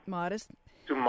modest